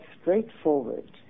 straightforward